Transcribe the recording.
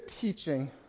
teaching